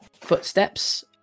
footsteps